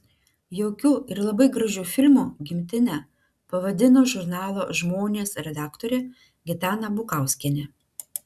jaukiu ir labai gražiu filmu gimtinę pavadino žurnalo žmonės redaktorė gitana bukauskienė